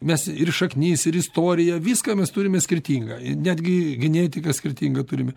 mes ir šaknis ir istoriją viską mes turime skirtingą ir netgi genetiką skirtingą turime